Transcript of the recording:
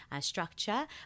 structure